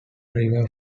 river